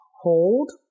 hold